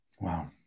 Wow